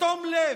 בתום לב,